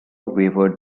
wavered